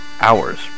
hours